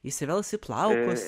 įsivels į plaukus